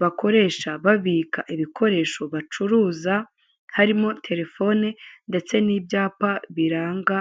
bakoresha babika ibikoresho bacuruza, harimo terefone ndetse n'ibyapa biranga,